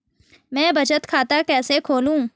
मैं बचत खाता कैसे खोलूँ?